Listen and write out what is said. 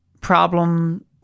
problem